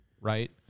right